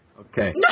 Okay